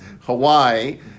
Hawaii